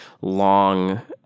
long